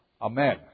Amen